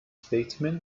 statesman